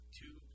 two